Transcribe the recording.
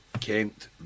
Kent